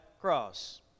cross